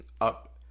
up